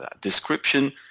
Description